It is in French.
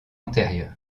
antérieur